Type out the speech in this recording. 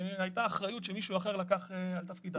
על התפרצות חיידק הסלמונלה במוצרי שטראוס עלית.